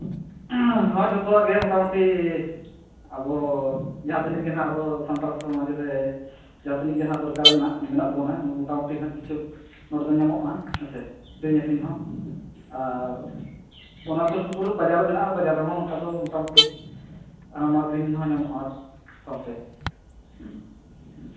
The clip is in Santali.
ᱡᱚᱛᱚᱣᱟᱜ ᱜᱮ ᱢᱳᱴᱟᱢᱩᱴᱤ ᱟᱵᱚ ᱡᱟᱦᱟᱸ ᱛᱤᱱᱟᱹᱜ ᱜᱮ ᱦᱟᱸᱜ ᱟᱵᱚ ᱥᱟᱱᱛᱟᱲ ᱥᱚᱢᱟᱡᱽ ᱨᱮ ᱡᱟᱦᱟᱸ ᱛᱤᱱᱟᱹᱜ ᱜᱮ ᱫᱚᱨᱠᱟᱨ ᱨᱮᱱᱟᱜ ᱢᱮᱱᱟᱜ ᱛᱟᱵᱚᱱᱟ ᱢᱳᱴᱟᱢᱩᱴᱤ ᱦᱟᱸᱜ ᱠᱤᱪᱷᱩ ᱱᱚᱰᱮ ᱫᱚ ᱧᱟᱢᱚᱜᱼᱟ ᱦᱮᱸ ᱥᱮ ᱠᱤᱨᱤᱧ ᱟᱹᱠᱷᱨᱤᱧ ᱦᱚᱸ ᱟᱨ ᱚᱱᱟ ᱥᱩᱨᱼᱥᱩᱯᱩᱨ ᱨᱮ ᱵᱟᱡᱟᱨ ᱢᱮᱱᱟᱜᱼᱟ ᱵᱟᱡᱟᱨ ᱨᱮᱦᱚᱸ ᱚᱱᱠᱟ ᱫᱚ ᱢᱳᱴᱟᱢᱩᱴᱤ ᱦᱟᱱᱟ ᱱᱚᱣᱟ ᱠᱤᱨᱤᱧ ᱦᱚᱸ ᱧᱟᱢᱚᱜᱼᱟ ᱥᱟᱶᱛᱮ ᱦᱮᱸ